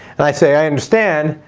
and i say i understand.